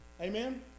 Amen